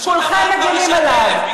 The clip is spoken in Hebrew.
כולכם מגינים עליו,